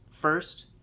first